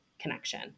connection